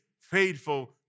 faithful